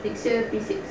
it's basic